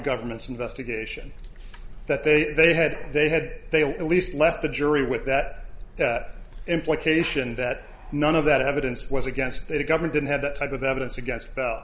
government's investigation that they they had they had they at least left the jury with that implication that none of that evidence was against a government didn't have the type of evidence against